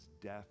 death